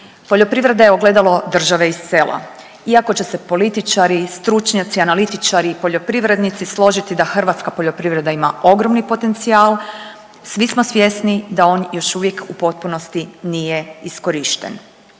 Poljoprivreda je ogledalo države i sela. Iako će se političari i stručnjaci, analitičari i poljoprivrednici složiti da hrvatska poljoprivreda ima ogromni potencijal svi smo svjesni da on još uvijek u potpunosti nije iskorišten.